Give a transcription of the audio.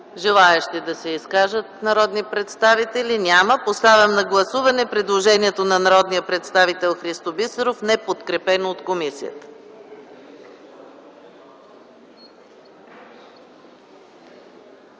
Желаещи да се изкажат? Няма. Поставям на гласуване предложението на народния представител Христо Бисеров, неподкрепено от комисията.